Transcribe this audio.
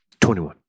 21